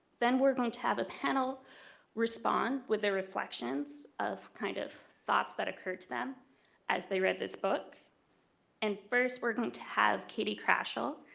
then we're going to have a panel respond with their reflections of kind of thoughts that occurred to them as they read this book and first we're going to have katie kraschel,